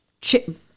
chip